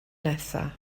nesaf